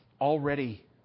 already